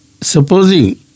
supposing